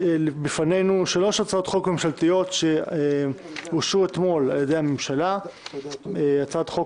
בפנינו שלוש הצעות חוק ממשלתיות שאושרו אתמול על ידי הממשלה: הצעת חוק